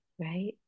Right